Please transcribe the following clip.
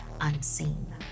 unseen